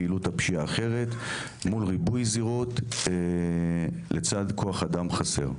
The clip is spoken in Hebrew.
פעילות הפשיעה האחרת מול ריבוי זירות לצד כוח אדם חסר.